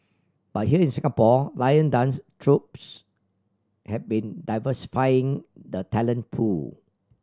but here in Singapore lion dance troupes have been diversifying the talent pool